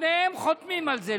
שניהם חותמים על זה,